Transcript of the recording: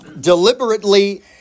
deliberately